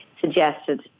suggested